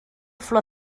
flor